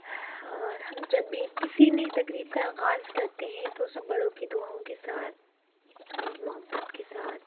ہم جب بھی کسی نئی تقریب کا آغاز کرتے ہیں تو سب بڑوں کی دعاؤں کے ساتھ ان کی محبت کے ساتھ